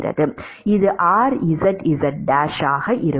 இது rzz1 ஆகும்